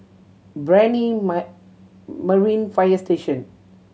Brani Marine Fire Station